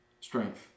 strength